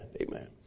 Amen